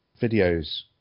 videos